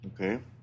okay